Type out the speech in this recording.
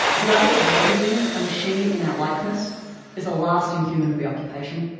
the idea of raising a machine in our likeness is a lasting human preoccupation,